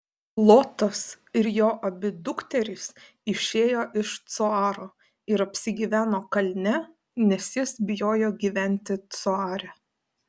lotas ir jo abi dukterys išėjo iš coaro ir apsigyveno kalne nes jis bijojo gyventi coare